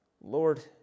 Lord